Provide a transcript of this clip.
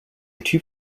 typ